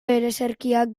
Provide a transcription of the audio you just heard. ereserkiak